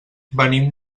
venim